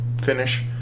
finish